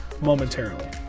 momentarily